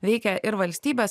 veikia ir valstybės